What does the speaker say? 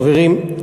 חברים,